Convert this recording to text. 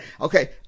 Okay